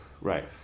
right